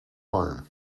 arm